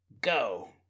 Go